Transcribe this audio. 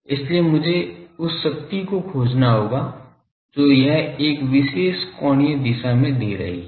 इसलिए मुझे उस शक्ति को खोजना होगा जो यह एक विशेष कोणीय दिशा में दे रही है